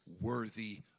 worthy